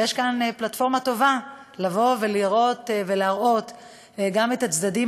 ויש כאן פלטפורמה טובה לבוא ולהראות גם את הצדדים